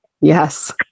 Yes